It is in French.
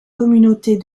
communautés